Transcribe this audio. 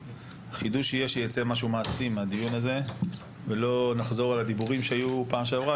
שנצא מכאן עם משהו מעשי ולא נחזור על דיבורים שכבר היו בפעמים קודמות,